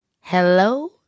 Hello